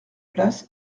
place